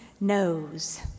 knows